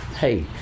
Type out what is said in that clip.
hey